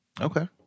Okay